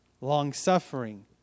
Long-suffering